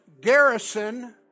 garrison